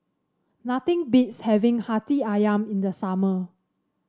nothing beats having hati ayam in the summer